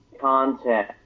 content